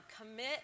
commit